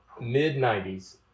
mid-90s